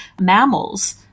mammals